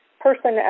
person